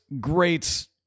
great